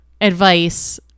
advice